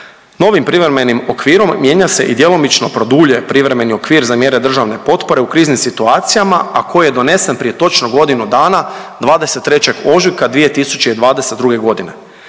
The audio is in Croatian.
Novim privremenim okvirom mijenja se i djelomično produlje privremeni okvir za mjere državne potpore u kriznim situacijama, a koji je donesen prije točno godinu dana 23. ožujka 2022.g.